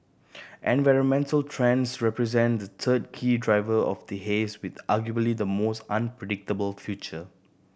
environmental trends represent the third key driver of the haze with arguably the most unpredictable future